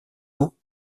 eaux